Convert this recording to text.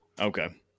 okay